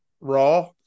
raw